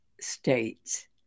states